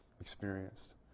experienced